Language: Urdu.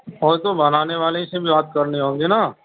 فوٹو بنانے والے سے بھی بات کرنی ہوگی نا